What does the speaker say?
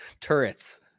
turrets